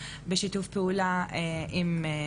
נפגשנו עם הנהלת טיק-טוק,